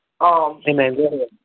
Amen